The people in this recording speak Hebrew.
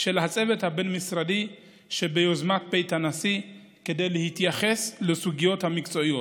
של הצוות הבין-משרדי שביוזמת בית הנשיא כדי להתייחס לסוגיות המקצועיות.